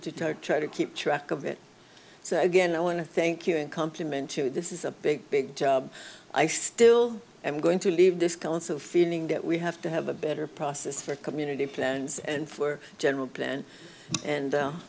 talk try to keep track of it so again i want to thank you and compliment to this is a big big job i still am going to leave this council feeling that we have to have a better process for community plans and for general plan and